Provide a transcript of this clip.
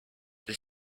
the